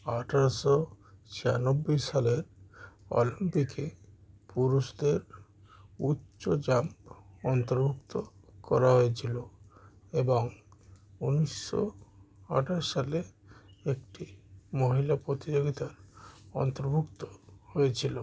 আঠেরোশো ছিয়ানব্বই সালের অলিম্পিকে পুরুষদের উচ্চ জাম্প অন্তর্ভুক্ত করা হয়েছিলো এবং উনিশশো আঠাশ সালে একটি মহিলা প্রতিযোগিতা অন্তর্ভুক্ত হয়েছিলো